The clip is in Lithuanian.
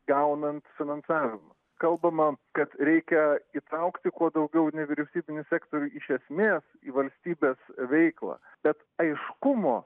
gaunant finansavimą kalbama kad reikia įtraukti kuo daugiau nevyriausybinių sektorių iš esmės į valstybės veiklą bet aiškumo